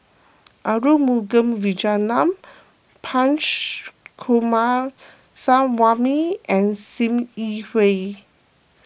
Arumugam Vijiaratnam Punch Coomaraswamy and Sim Yi Hui